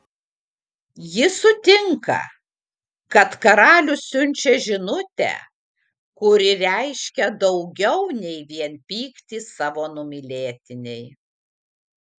ji sutinka kad karalius siunčia žinutę kuri reiškia daugiau nei vien pyktį savo numylėtinei